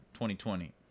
2020